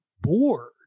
bored